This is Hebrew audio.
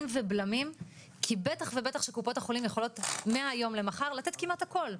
ובלמים כי בטח ובטח שקופות החולים יכולות מהיום למחר לתת כמעט הכול,